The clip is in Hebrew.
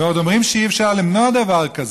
ועוד אומרים שאי-אפשר למנוע דבר כזה.